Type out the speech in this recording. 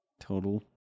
total